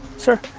sir,